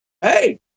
hey